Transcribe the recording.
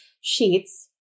sheets